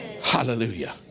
Hallelujah